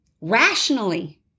rationally